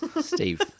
Steve